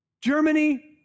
Germany